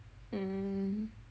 mm